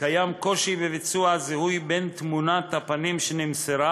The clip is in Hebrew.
קיים קושי בזיהוי בין תמונת הפנים שנמסרה